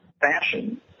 fashion